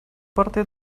parte